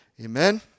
Amen